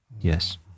Yes